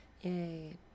yay